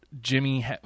Jimmy